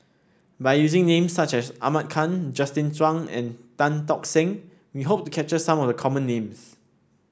by using names such as Ahmad Khan Justin Zhuang and Tan Tock Seng we hope to capture some of the common names